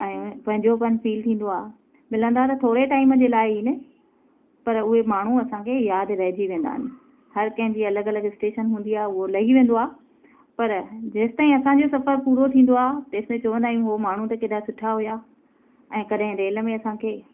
ऐं पंहिंजोपन फील थींदो आहे मिलंदा त थोरे टाईम जे लाइ आहिनि पर उहे माण्हू असांखे यादि रहिजी वेंदा आहिनि हरि कंहिंजी अलॻि अलॻि स्टेशन हूंदी आहे उहो लही वेंदो आहे पर जेसिताईं असांजो सफ़रु पूरो थींदो आहे तेसिताईं चवंदा आहियूं उहे माण्हू त केॾा सुठा हुआ ऐं कॾहिं रेल में असांखे